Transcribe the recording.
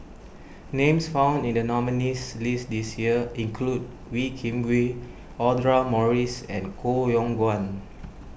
names found in the nominees' list this year include Wee Kim Wee Audra Morrice and Koh Yong Guan